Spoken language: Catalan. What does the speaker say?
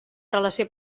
relació